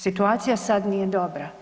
Situacija sad nije dobra.